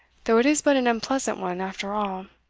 though it is but an unpleasant one after all